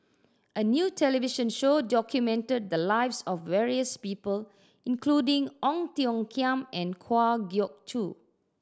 a new television show documented the lives of various people including Ong Tiong Khiam and Kwa Geok Choo